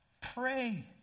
Pray